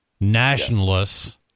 nationalists